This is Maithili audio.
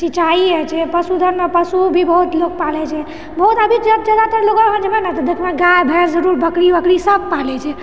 सिचाइ होइत छै पशुधन पशु भी बहुत लोग पालैत छै बहुत आदमी जादातर लोग अहाँ जेबै ने तऽ देखबै गाय भैंस जरूर बकरी ओकरी सब पालैत छै